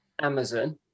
Amazon